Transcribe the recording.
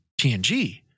TNG